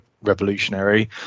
revolutionary